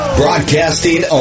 broadcasting